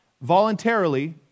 voluntarily